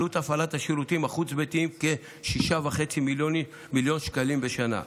עלות הפעלת השירותים החוץ-ביתיים: כ-6.5 מיליון שקלים בשנה.